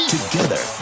Together